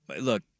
look